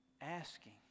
asking